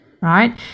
right